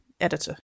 Editor